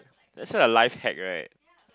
that's why a lifehack right